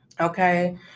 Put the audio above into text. okay